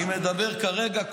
אני מדבר כרגע,